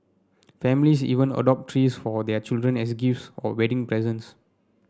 families even adopt trees for their children as gifts or wedding presents